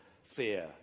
fear